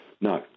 No